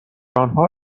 آنها